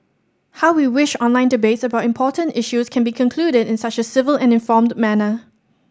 how we wish online debates about important issues can be concluded in such a civil and informed manner